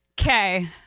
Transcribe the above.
Okay